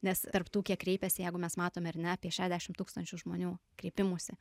nes tarp tų kiek kreipiasi jeigu mes matome ar ne apie šedešim tūkstančių žmonių kreipimųsi